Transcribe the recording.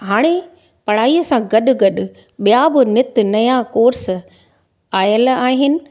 हाणे पढ़ाईअ सां गॾु गॾु ॿिया बि नित नया कोर्स आयल आहिनि